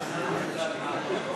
את העניין המנטלי,